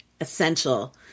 essential